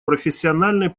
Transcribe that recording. профессиональной